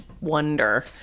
wonder